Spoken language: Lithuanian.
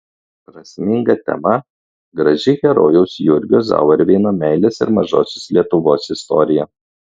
prasminga tema graži herojaus jurgio zauerveino meilės ir mažosios lietuvos istorija